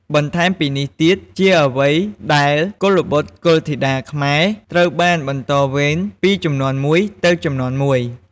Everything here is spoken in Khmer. ទន្ទឹមពីនេះទៀត ជាអ្ចីដែលកុលបុត្រកុលធីតាខ្មែរត្រូវបានបន្តវេនពីជំនាន់មួយទៅជំនាន់មួយ។